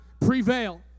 prevail